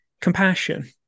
compassion